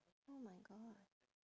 oh my god